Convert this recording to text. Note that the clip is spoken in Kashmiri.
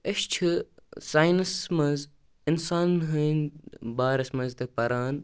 أسۍ چھِ ساینَسَس منٛز اِنسانَن ہٕنٛدۍ بارَس منٛز تہِ پَران